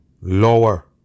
lower